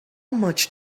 much